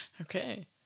okay